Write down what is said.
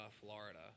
Florida